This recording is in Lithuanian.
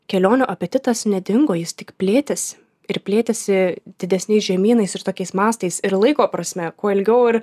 kelionių apetitas nedingo jis tik plėtėsi ir plėtėsi didesniais žemynais ir tokiais mastais ir laiko prasme kuo ilgiau ir